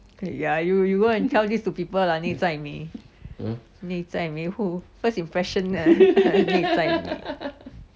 ah yeah you you go and tell this to people lah 内在美内在美 who first impression ah 内在美